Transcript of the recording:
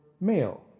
male